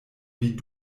wie